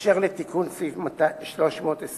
אשר לתיקון סעיף 320,